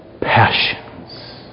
passions